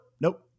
nope